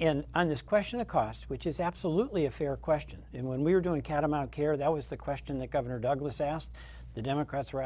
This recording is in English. in on this question of cost which is absolutely a fair question when we're doing catamount care that was the question that governor douglas asked the democrats were